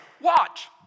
Watch